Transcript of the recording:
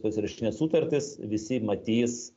tos rašytinės sutartys visi matys